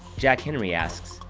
jack-henry asks,